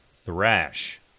thrash